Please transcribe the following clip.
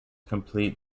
complete